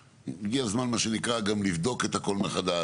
הגיע הזמן גם לבדוק את הכול מחדש,